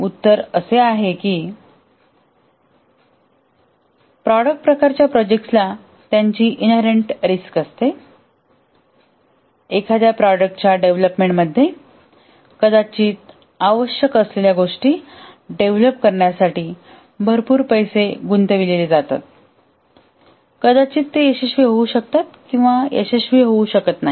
उत्तर असे आहे की प्रॉडक्ट प्रकारच्या प्रोजेक्ट्सला त्यांची इन्हेरेंट रिस्क असते एखाद्या प्रॉडक्टच्या डेव्हलपमेंट मध्ये कदाचित आवश्यक असलेल्या गोष्टी डेव्हलप करण्यासाठी भरपूर पैसे गुंतविले जातात कदाचित ते यशस्वी होऊ शकते किंवा यशस्वी होऊ शकत नाही